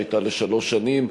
שהייתה לשלוש שנים,